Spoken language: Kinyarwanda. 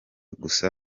gusa